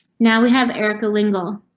now we have erica l'engle.